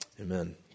Amen